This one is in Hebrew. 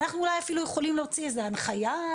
אנחנו אפילו יכולים להוציא איזו הנחייה,